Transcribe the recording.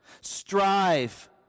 strive